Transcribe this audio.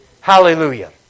Hallelujah